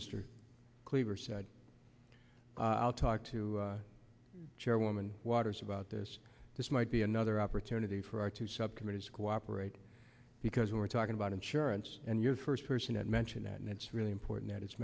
mr cleaver said i'll talk to chairwoman waters about this this might be another opportunity for our two subcommittees to cooperate because we're talking about insurance and you're first person that mentioned that and it's really important that it's